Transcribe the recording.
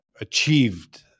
achieved